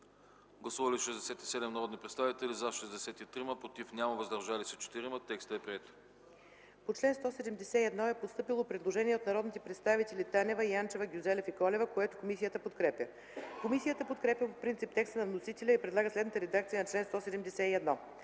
Гласували 76 народни представители: за 68, против няма, въздържали се 8. Текстът е приет. ДОКЛАДЧИК ХРИСТИНА ЯНЧЕВА: По чл. 166 е постъпило предложение от народните представители Танева, Янчева, Гюзелев и Колева, което комисията подкрепя. Комисията подкрепя по принцип текста на вносителя и предлага следната редакция на чл. 166: